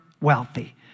wealthy